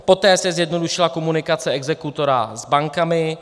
Poté se zjednodušila komunikace exekutora s bankami.